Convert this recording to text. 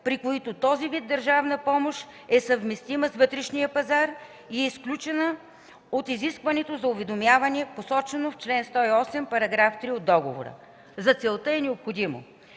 при които този вид държавна помощ е съвместима с вътрешния пазар и е изключена от изискването за уведомяване, посочено в чл. 108, параграф 3 от договора. За целта е необходимо